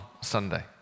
Sunday